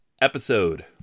episode